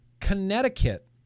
Connecticut